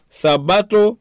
sabato